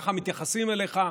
ככה מתייחסים אליך,